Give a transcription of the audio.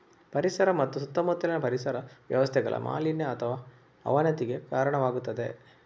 ಪರಿಸರ ಮತ್ತು ಸುತ್ತಮುತ್ತಲಿನ ಪರಿಸರ ವ್ಯವಸ್ಥೆಗಳ ಮಾಲಿನ್ಯ ಅಥವಾ ಅವನತಿಗೆ ಕಾರಣವಾಗುತ್ತದೆ